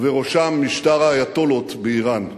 ובראשם משטר האייטולות באירן.